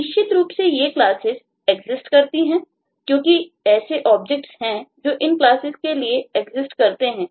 तो निश्चित रूप से ये क्लासेस मौजूदएग्जिस्ट करती हैं क्योंकि ऐसे ऑब्जेक्ट हैं जो इन क्लासेस के लिए एग्जिस्ट करते हैं